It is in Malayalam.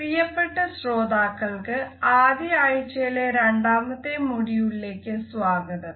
പ്രിയപ്പെട്ട ശ്രോതാക്കൾക്ക് ആദ്യ ആഴ്ചയിലെ രണ്ടാമത്തെ മോഡ്യൂളിലേക്ക് സ്വാഗതം